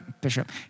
Bishop